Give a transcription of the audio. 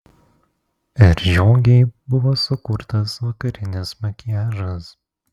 r žiogei buvo sukurtas vakarinis makiažas